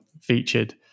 featured